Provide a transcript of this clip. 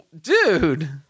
dude